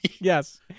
Yes